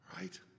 right